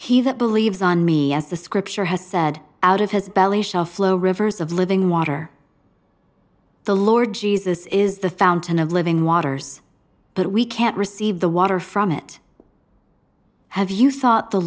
he that believes on me as the scripture has said out of his belly shall flow rivers of living water the lord jesus is the fountain of living waters but we can't receive the water from it have you thought the